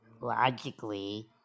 logically